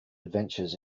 adventures